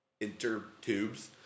Intertubes